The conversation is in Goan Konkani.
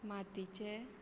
मातीचें